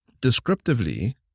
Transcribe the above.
Descriptively